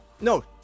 no